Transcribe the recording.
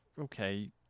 okay